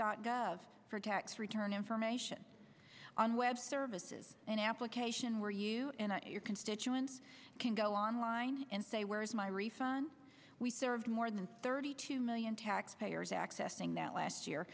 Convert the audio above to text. dot gov for tax return information on web services an application where you your constituents can go online and say where's my refund we served more than thirty two million taxpayers accessing that last year